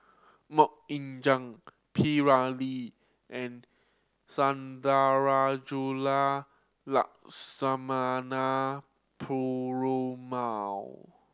Mok Ying Jang P Ramlee and Sundarajulu Lakshmana Perumal